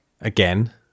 again